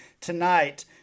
tonight